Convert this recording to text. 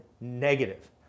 negative